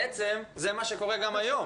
בעצם זה מה שקורה גם היום.